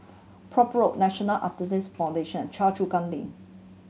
Prome Road National Arthritis Foundation Choa Chu Kang Link